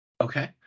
Okay